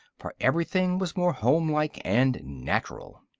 for everything was more homelike and natural.